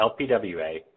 LPWA